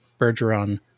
Bergeron